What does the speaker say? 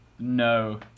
No